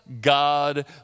God